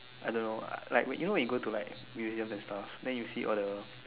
I don't know I like when you know you go to museum and stuffs then you see all the